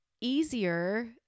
easier